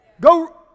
Go